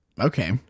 Okay